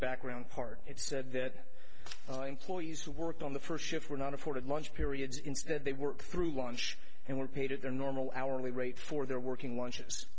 background part it's said that employees who worked on the first shift were not afforded lunch periods instead they worked through lunch and were paid at their normal hourly rate for their working lunch i